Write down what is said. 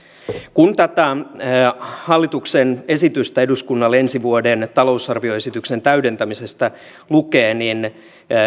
kun tätä hallituksen esitystä eduskunnalle ensi vuoden talousarvioesityksen täydentämisestä lukee niin